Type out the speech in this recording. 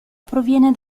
proviene